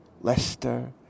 Leicester